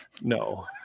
No